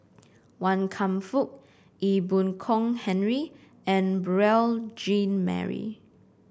Wan Kam Fook Ee Boon Kong Henry and Beurel Jean Marie